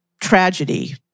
tragedy